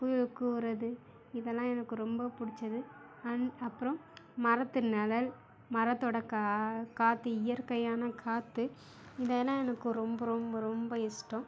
குயில் கூவுறது இதெல்லாம் எனக்கு ரொம்ப புடிச்சது அண்ட் அப்புறம் மரத்து நிழல் மரத்தோட கா காற்று இயற்கையான காற்று இதையெல்லாம் எனக்கு ரொம்ப ரொம்ப ரொம்ப இஷ்டம்